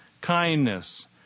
kindness